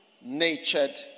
natured